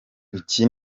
iki